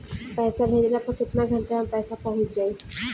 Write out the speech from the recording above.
पैसा भेजला पर केतना घंटा मे पैसा चहुंप जाई?